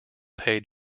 paid